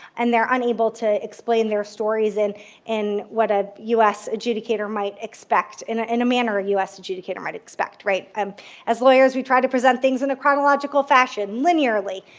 and they're unable to explain their stories and in what a us adjudicator might expect in a in a manner a us adjudicator might expect, right? um as lawyers, we try to present things in a chronological fashion, linearly,